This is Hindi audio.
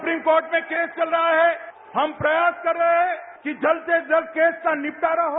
सुप्रीम कोर्ट में केस चल रहा है हम प्रयास कर रहे हैं कि जल्द से जल्द केस का निपटारा हो